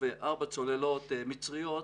ארבע צוללות מצריות,